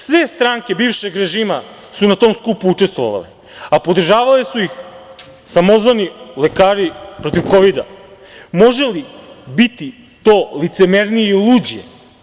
Sve stranke bivšeg režima su na tom skupu učestvovale, a podržavale su ih samozvani lekari protiv kovida, može li biti to licemernije i luđe?